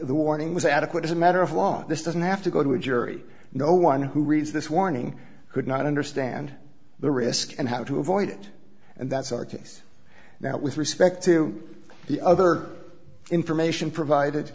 the warning was adequate as a matter of law this doesn't have to go to a jury no one who reads this warning could not understand the risk and how to avoid it and that's our case now with respect to the other information provided